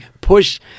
push